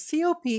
COP